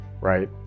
right